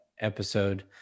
episode